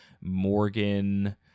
Morgan